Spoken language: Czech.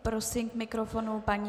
Prosím k mikrofonu paní...